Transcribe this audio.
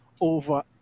over